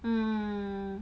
hmm